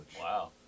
Wow